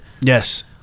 Yes